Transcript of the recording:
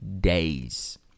days